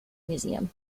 museum